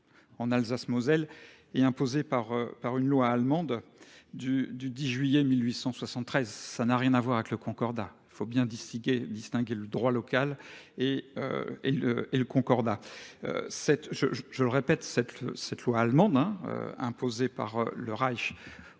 Alsace-Moselle est imposée par une loi allemande du 10 juillet 1873. Ça n'a rien à voir avec le concordat. Il faut bien distinguer le droit local et le concordat. Je le répète, cette loi allemande imposée par le Reich